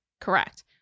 Correct